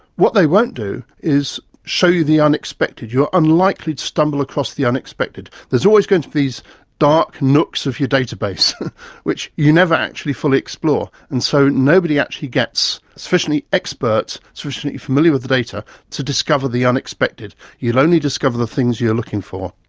what they won't do is show you the unexpected. you're unlikely to stumble across the unexpected. there's always going to be these dark nooks of your database which you never actually fully explore, and so nobody actually gets sufficiently expert, sufficiently familiar with the data to discover the unexpected. you'll only discover the things you're looking for.